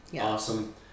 Awesome